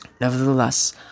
Nevertheless